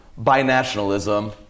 binationalism